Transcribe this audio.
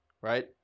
Right